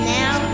now